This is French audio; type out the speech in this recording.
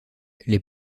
les